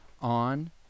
on